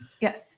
Yes